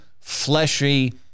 fleshy